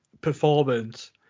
performance